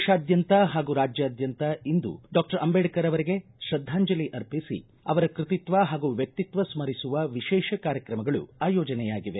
ದೇಶಾದ್ಯಂತ ಹಾಗೂ ರಾಜ್ಯಾದ್ಯಂತ ಇಂದು ಡಾಕ್ಟರ್ ಅಂಬೇಡ್ಕರ್ ಅವರಿಗೆ ತ್ರದ್ದಾಂಜಲಿ ಅರ್ಪಿಸಿ ಅವರ ಕೃತಿತ್ವ ಹಾಗೂ ವ್ಯಕ್ತಿತ್ವ ಸ್ಥರಿಸುವ ವಿಶೇಷ ಕಾರ್ಯಕ್ರಮಗಳು ಆಯೋಜನೆಯಾಗಿವೆ